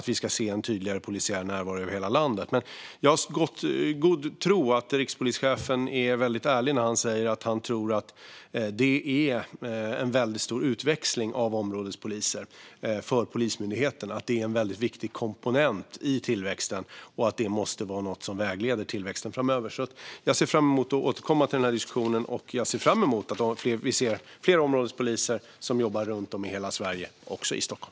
Vi ska se en tydligare polisiär närvaro över hela landet. Jag har goda skäl att tro att rikspolischefen är väldigt ärlig när han säger att han tror att områdespoliser ger en väldigt stor utväxling för Polismyndigheten, att det är en väldigt viktig komponent i tillväxten och att det måste vara något som vägleder tillväxten framöver. Jag ser därför fram emot att återkomma till den här diskussionen, och jag ser fram emot att se fler områdespoliser som jobbar runt om i hela Sverige, också i Stockholm.